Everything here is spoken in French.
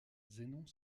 zénon